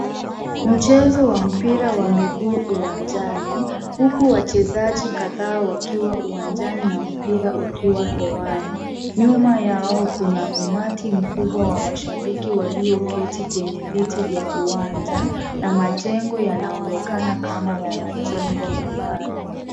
Mchezo wa mpira wa miguu uwanjani, huku wachezaji kadhaa wakiwa uwanjani na mpira ukiwa hewani, nyuma yao kuna umati mkubwa wa mashabiki walioketi kwenye viti vya uwanja, na majengo yanaonekana kama yanajengwa kwa umbali.